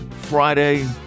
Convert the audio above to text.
Friday